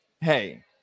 Hey